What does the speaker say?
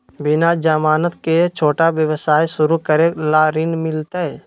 बिना जमानत के, छोटा व्यवसाय शुरू करे ला ऋण मिलतई?